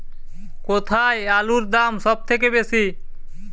কোথায় আলুর দাম সবথেকে বেশি?